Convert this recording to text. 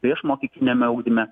priešmokykliniame ugdyme